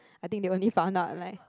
I think they only found out like